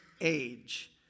age